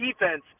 defense